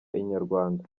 inyarwanda